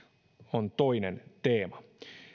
on toinen teema